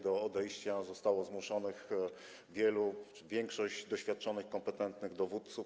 Do odejścia zostało zmuszonych wielu - większość doświadczonych, kompetentnych dowódców.